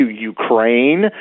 Ukraine